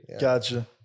Gotcha